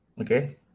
Okay